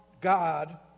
God